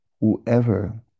whoever